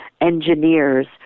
engineers